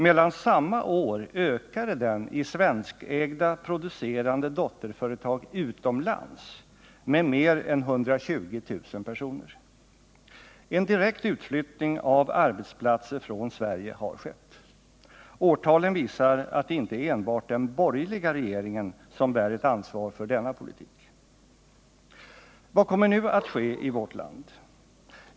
Mellan samma år ökade den i svenskägda producerande dotterföretag utomlands med mer än 120 000 personer. En direkt utflyttning av arbetsplatser från Sverige har skett. Årtalen visar att det inte är enbart den borgerliga regeringen som bär ett ansvar för denna politik. Vad kommer nu att ske i vårt land?